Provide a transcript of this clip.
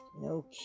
No